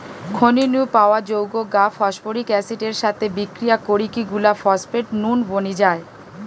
খনি নু পাওয়া যৌগ গা ফস্ফরিক অ্যাসিড এর সাথে বিক্রিয়া করিকি গুলা ফস্ফেট নুন বনি যায়